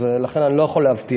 ולכן אני לא יכול להבטיח.